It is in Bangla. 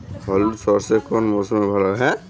হলুদ সর্ষে কোন মরশুমে ভালো হবে?